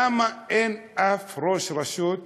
למה אין שום ראש רשות